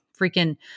freaking